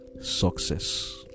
success